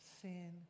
sin